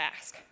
ask